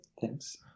thanks